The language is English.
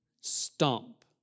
stomp